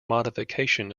modification